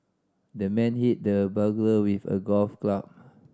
the man hit the burglar with a golf club